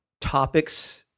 topics